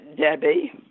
Debbie